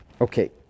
Okay